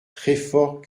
treffort